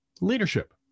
leadership